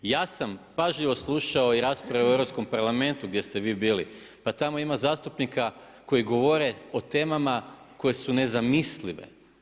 Ja sam pažljivo slušao i rasprave u Europskom parlamentu gdje ste vi bili, pa tamo ima zastupnika koji govore o temama koje su nezamislive.